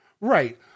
Right